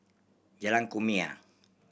Jalan Kumia